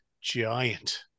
giant